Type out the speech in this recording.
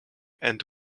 and